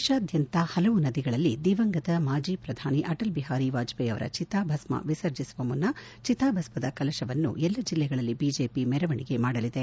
ದೇಶಾದ್ಯಂತ ಹಲವು ನದಿಗಳಲ್ಲಿ ದಿವಂಗತ ಮಾಜಿ ಪ್ರಧಾನಿ ಅಟಲ್ ಬಿಹಾರಿ ವಾಜಪೇಯಿ ಅವರ ಚಿತಾಭಸ್ನ ವಿಸರ್ಜಿಸುವ ಮುನ್ನ ಚಿತಾಭಸ್ನದ ಕಳತವನ್ನು ಎಲ್ಲಾ ಜಿಲ್ಲೆಗಳಲ್ಲಿ ಬಿಜೆಪಿ ಮೆರವಣಿಗೆ ಮಾಡಲಿದೆ